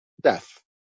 death